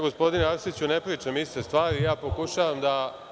Gospodine Arsiću, ne pričam iste stvari, ja pokušavam da